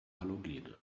halogene